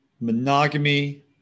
monogamy